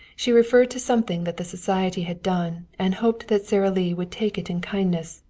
she referred to something that the society had done, and hoped that sara lee would take it in kindness,